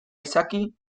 izaki